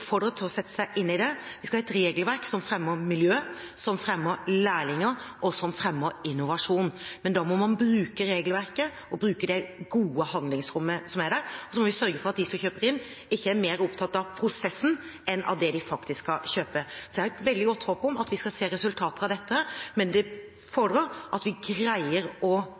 til å sette seg inn i det. Vi skal ha et regelverk som fremmer miljø, som fremmer lærlinger, og som fremmer innovasjon. Men da må man bruke regelverket og det gode handlingsrommet som er der. Så må vi sørge for at de som kjøper inn, ikke er mer opptatt av prosessen enn av det de skal kjøpe. Jeg har et veldig godt håp om at vi skal se resultater av dette, men det fordrer at vi greier å